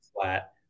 flat